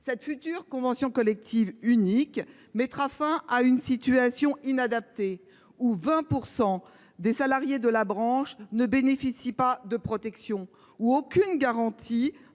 Cette future convention collective unique mettra fin à une situation inadaptée où 20 % des salariés de la branche ne bénéficient pas de protection, où aucune garantie